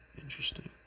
Interesting